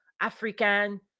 african